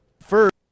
First